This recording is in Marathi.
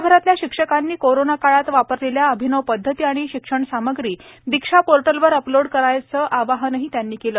देशभरातल्या शिक्षकांनी कोरोनाकाळात वापरलेल्या अभिनव पदधती आणि शिक्षण सामग्री दीक्षा पोर्टलवर अपलोड करायचं आवाहनही त्यांनी केलं